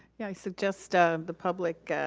yeah, i suggest ah the public